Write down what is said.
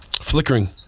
Flickering